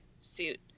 suit